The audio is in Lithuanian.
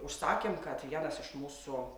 užsakėm kad vienas iš mūsų